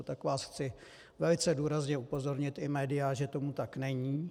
Tak vás chci velice důrazně upozornit, i média, že tomu tak není.